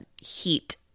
heat